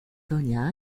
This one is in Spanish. doña